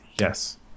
Yes